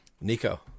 Nico